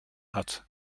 hat